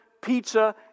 pizza